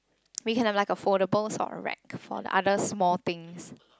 we can have like a foldable sort of rack for the other small things